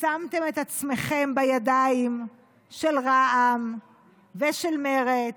שמתם את עצמכם בידיים של רע"מ ושל מרצ,